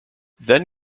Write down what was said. then